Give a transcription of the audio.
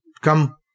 come